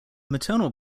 maternal